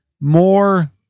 more